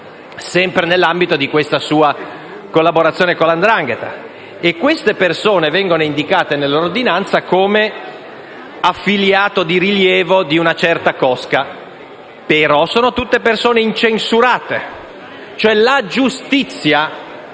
sempre nell'ambito di questa sua collaborazione con la 'ndrangheta, e queste persone vengono indicate nell'ordinanza come affiliati di rilievo di una certa cosca, ma sono tutte persone incensurate. Vale a dire